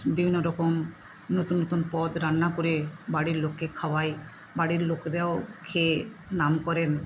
বিভিন্ন রকম নতুন নতুন পদ রান্না করে বাড়ির লোককে খাওয়াই বাড়ির লোকেরাও খেয়ে নাম করেন